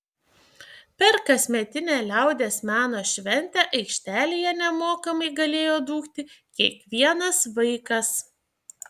per kasmetinę liaudies meno šventę aikštelėje nemokamai galėjo dūkti kiekvienas vaikas